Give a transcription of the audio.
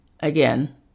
Again